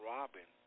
Robin